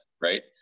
right